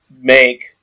make